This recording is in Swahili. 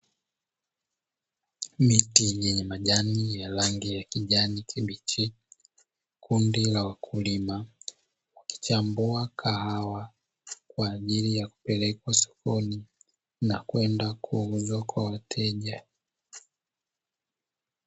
Miti yenye majani ya rangi ya kijani kibichi, kundi la wakulima wakichambua kahawa kwa ajili ya kupelekwa sokoni na kwenda kuuzwa kwa wateja.